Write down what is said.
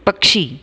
पक्षी